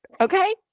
okay